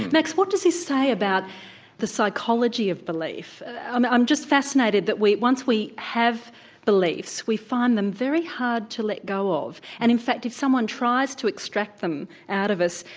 max, what does this say about the psychology of belief? i'm i'm just fascinated that once we have beliefs we find them very hard to let go of and in fact, if someone tries to extract them out of us,